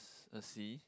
a sea